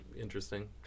interesting